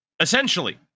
Essentially